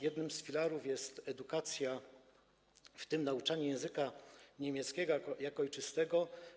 Jednym z filarów jest edukacja, w tym nauczanie języka niemieckiego jako ojczystego.